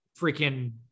freaking